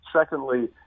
Secondly